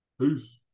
Peace